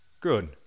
Good